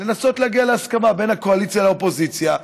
לנסות להגיע להסכמה בין הקואליציה לאופוזיציה,